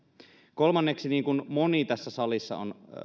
kolmanneksi niin kuin moni tässä salissa on